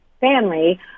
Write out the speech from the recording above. family